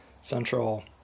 central